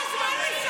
אתה כל הזמן משקר.